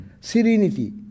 Serenity